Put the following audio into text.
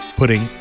Putting